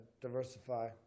diversify